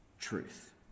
truth